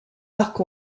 arc